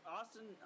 Austin